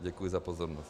Děkuji za pozornost.